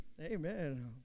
Amen